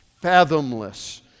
fathomless